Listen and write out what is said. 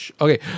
Okay